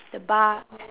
the bar